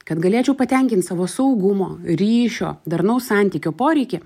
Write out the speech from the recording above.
kad galėčiau patenkint savo saugumo ryšio darnaus santykio poreikį